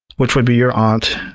which would be your aunt,